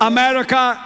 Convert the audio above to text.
America